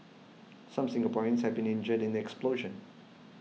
some Singaporeans have been injured in the explosion